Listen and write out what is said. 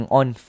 on